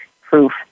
proof